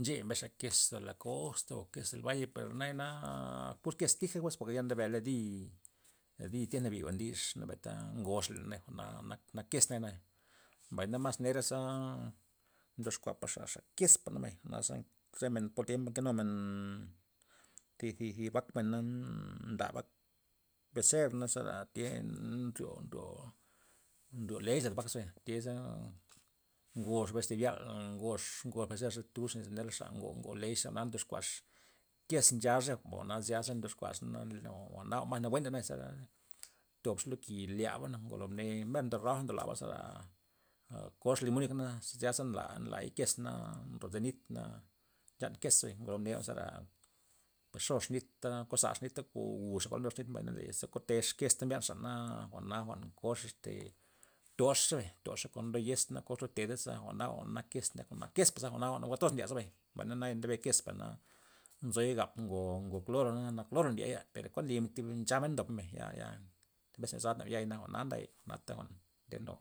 ncheya mbesxa kes nzo la kosta o kes del balle per nayana pur kes tija' jwez porke nbela di'-di' tient nabi'ba ndixa benta ngoxey leney jwa'na nak kes nayana, mbay mas nera zera ndoxkuapxa xa kespa nabay naza re men po tiempa nkenumen thi zi- zi bakmena nda vakmen bezerna zera tya nryo- nryo, nryo lex lad vakza, tyaza ngoxa thi bes yal ngox ngo' bezer ze tuxni ze nerla xa ngo- ngo lex jwa'na ndyoxkuaxa kes nchaxa jwa'na zyasa ndyoxkuaxana jwa'na jwa'n mas buena zera, tobxey lo ki' lyabana ngolo mne mer roaga ndob blaba aa kox limuna yekney na zya za nlay- nlay kesna ndobe nitna nchan kesza, ngolo mne jwa'na zera pues xox nit ta kozaxa nit o guxa kuan linuxa nit mbay na le ze kotexa kes ta mbyan xana' jwa'na jwa'n koxa este to'xa to'xa kon lo yez na yo teda za naba jwa'na kes jwa'na kespa za jwa'na ndye zebay mbay, naya nde re kes per nea nzoy gab ngo- ngo klorona na kloro ndiey per kuan limen thib nchamena ndobmen ya- ya thi bes na yozata jwa'n ya'i jwa'na nday, jwa'na tejna loo.